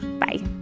Bye